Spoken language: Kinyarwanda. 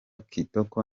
kitoko